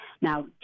Now